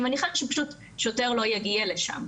אני מניחה שפשוט שוטר לא יגיע לשם,